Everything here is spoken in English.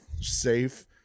safe